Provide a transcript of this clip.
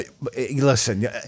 Listen